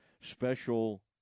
special